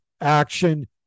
action